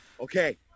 Okay